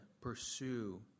pursue